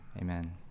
Amen